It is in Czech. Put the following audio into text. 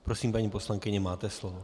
Prosím, paní poslankyně, máte slovo.